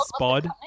Spod